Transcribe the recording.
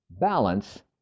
balance